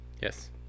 yes